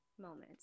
moments